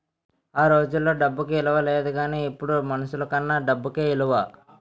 ఆ రోజుల్లో డబ్బుకి ఇలువ లేదు గానీ ఇప్పుడు మనుషులకన్నా డబ్బుకే ఇలువ